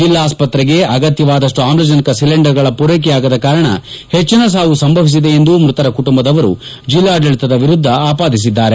ಜಿಲ್ಲಾಸ್ಪತ್ರೆಗೆ ಅಗತ್ಯವಾದಷ್ಟು ಆಮ್ಲಜನಕ ಸಿಲಿಂಡರ್ಗಳ ಪೂರೈಕೆಯಾಗದ ಕಾರಣ ಹೆಚ್ಚಿನ ಸಾವು ಸಂಭವಿಸಿದೆ ಎಂದು ಮೃತರ ಕುಟುಂಬದವರು ಜಿಲ್ಲಾಡಳಿತದ ವಿರುದ್ದ ಆಪಾದಿಸಿದ್ದಾರೆ